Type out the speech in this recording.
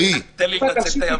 מה אתה נותן לו להקריא?